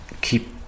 keep